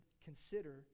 Consider